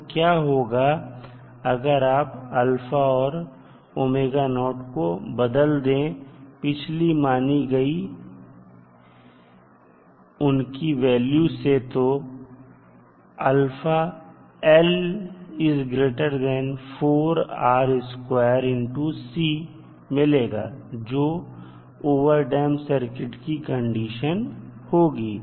तो क्या होगा अगर आप α और को बदल दे पिछली मानी गई उनकी वैल्यू से तो आपको मिलेगा जो ओवरटडैंप सर्किट की कंडीशन होगी